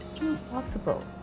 impossible